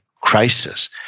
crisis